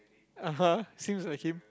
(uh huh) seems like him